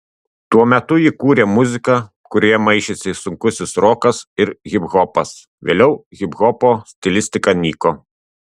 tuo metu ji kūrė muziką kurioje maišėsi sunkusis rokas ir hiphopas vėliau hiphopo stilistika nyko